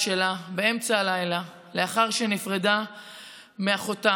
שלה באמצע הלילה לאחר שנפרדה מאחותה,